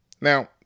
Now